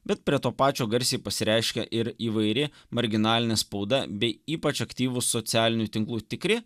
bet prie to pačio garsiai pasireiškia ir įvairi marginalinė spauda bei ypač aktyvūs socialinių tinklų tikri